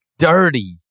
Dirty